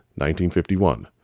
1951